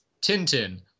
Tintin